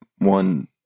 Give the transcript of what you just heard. one